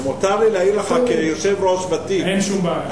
ומותר לי להעיר לך, כיושב-ראש ותיק, אין שום בעיה.